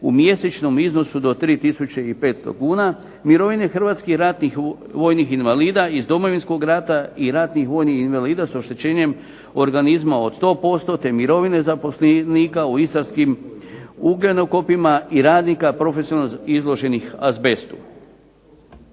u mjesečnom iznosu do 3500 kuna, mirovine hrvatskih ratnih vojnih invalida iz Domovinskog rata i ratnih vojnih invalida s oštećenjem organizma od 100% te mirovine zaposlenika u Istarskim ugljenokopima i radnika profesionalno izloženih azbestu.